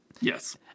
Yes